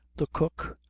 the cook,